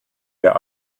wir